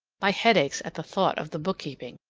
my head aches at the thought of the bookkeeping,